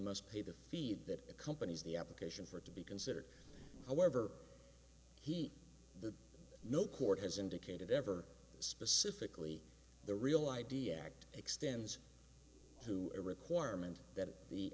must pay the fee that accompanies the application for it to be considered however he the no court has indicated ever specifically the real idea act extends to a requirement that the